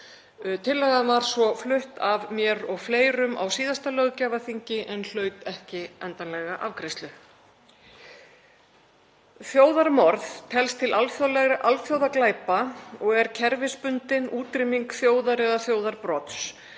Tillagan var svo flutt af mér og fleirum á síðasta löggjafarþingi en hlaut ekki endanlega afgreiðslu. Þjóðarmorð telst til alþjóðaglæpa og er kerfisbundin útrýming þjóðar eða þjóðarbrots.